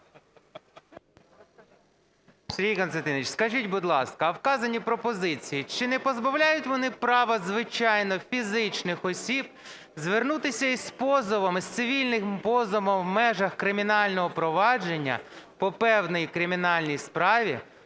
Сергій Костянтинович, скажіть, будь ласка, а вказані пропозиції, чи не позбавляють вони права звичайних фізичних осіб звернутися із позовом, з цивільним позовом в межах кримінального провадження по певній кримінальній справі